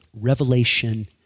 revelation